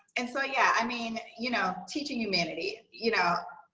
and so yeah. i mean, you know, teaching humanity, you know,